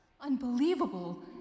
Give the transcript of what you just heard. Unbelievable